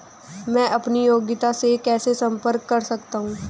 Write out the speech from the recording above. मैं अपनी उपयोगिता से कैसे संपर्क कर सकता हूँ?